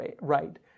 right